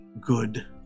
good